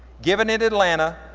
given in atlanta,